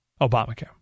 Obamacare